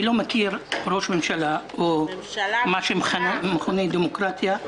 אני לא מכיר ראש ממשלה במה שמכונה דמוקרטיה,